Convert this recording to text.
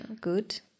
good